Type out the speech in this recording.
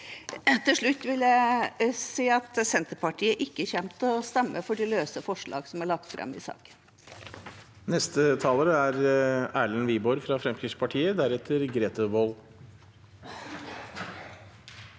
Til slutt vil jeg si at Senterpartiet ikke kommer til å stemme for de løse forslagene som er lagt fram i saken.